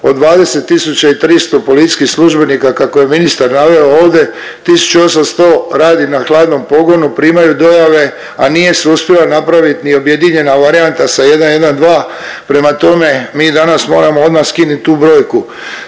od 20300 policijskih službenika kako je ministar naveo ovdje 1800 radi na hladnom pogonu, primaju dojave, a nije se uspjelo napravit ni objedinjena varijanta sa 112. Prema tome, mi danas moramo odma skint tu brojku